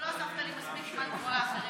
לא הוספת לי מספיק זמן כמו לאחרים,